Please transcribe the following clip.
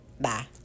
Bye